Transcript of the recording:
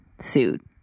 suit